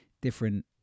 different